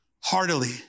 heartily